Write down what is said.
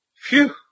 Phew